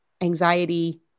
anxiety